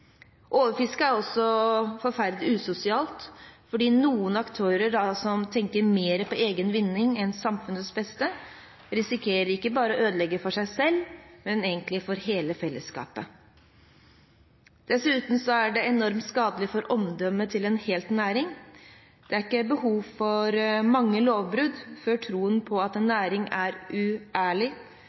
Overfiske er også forferdelig usosialt. Noen aktører som tenker mer på egen vinning enn på samfunnets beste, risikerer ikke bare å ødelegge for seg selv, men for hele fellesskapet. Dessuten er det enormt skadelig for omdømmet til en hel næring. Det er ikke behov for mange lovbrudd før man begynner å tro at en næring er uærlig